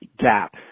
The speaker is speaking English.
gap